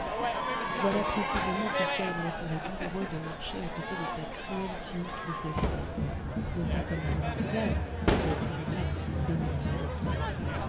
voilà précisément pourquoi il me serait douloureux de marcher à côté de ta cruelle tunique de saphir non pas comme ton esclave mais pouvant l'être d'un moment à l'autre